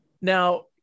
Now